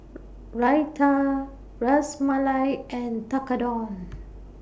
Raita Ras Malai and Tekkadon